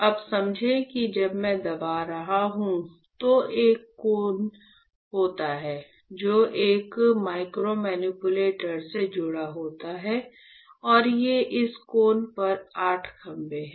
अब समझें कि जब मैं दबा रहा हूं तो एक कोन होता है जो एक माइक्रोमैनिपुलेटर से जुड़ा होता है और ये इस कोन पर 8 खंभे हैं